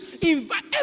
Invite